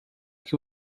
que